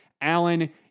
Alan